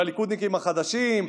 והליכודניקים החדשים?